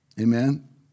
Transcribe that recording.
Amen